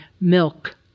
milk